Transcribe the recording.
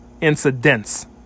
incidents